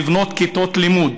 לבנות כיתות לימוד,